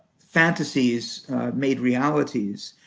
fantasies made realities.